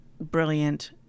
brilliant